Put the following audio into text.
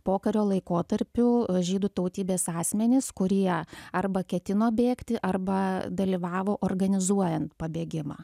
pokario laikotarpiu žydų tautybės asmenys kurie arba ketino bėgti arba dalyvavo organizuojant pabėgimą